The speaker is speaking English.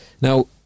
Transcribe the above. Now